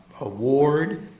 award